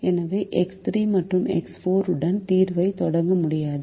எனவே எக்ஸ் 3 மற்றும் எக்ஸ் 4 உடன் தீர்வைத் தொடங்க முடியாது